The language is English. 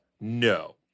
No